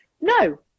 no